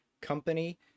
company